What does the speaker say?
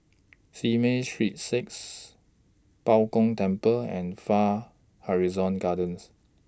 Simei Street six Bao Gong Temple and Far Horizon Gardens